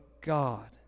God